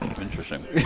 Interesting